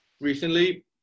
recently